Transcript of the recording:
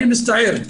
אני מצטער.